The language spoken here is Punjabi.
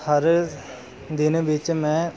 ਹਰ ਦਿਨ ਵਿੱਚ ਮੈਂ